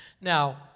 Now